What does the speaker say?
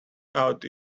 out